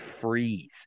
freeze